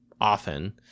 often